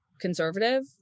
conservative